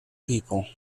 people